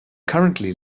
currently